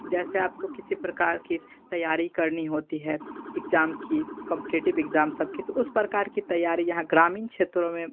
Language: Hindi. जैसे आपको किसी प्रकार की तैयारी करनी होती है इग्जाम की कॉम्पिटेटिव इग्ज़ाम सबकी तो उस प्रकार की तैयारी यहाँ ग्रामीण क्षेत्रों में